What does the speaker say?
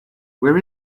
where